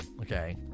okay